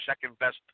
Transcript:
second-best –